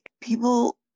people